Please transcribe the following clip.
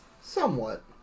Somewhat